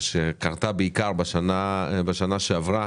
שקרתה בעיקר בשנה שעברה,